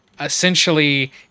essentially